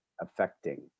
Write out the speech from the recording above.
affecting